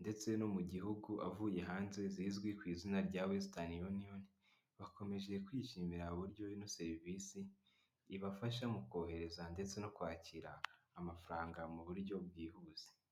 ndetse no mu gihugu avuye hanze zizwi ku izina rya Western Union, bakomeje kwishimira uburyo ino serivisi ibafasha mu kohereza ndetse no kwakira amafaranga mu buryo bwihuse.